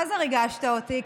מה זה ריגשת אותי,